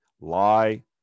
lie